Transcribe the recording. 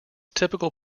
typical